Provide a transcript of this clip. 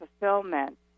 fulfillment